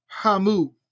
Hamu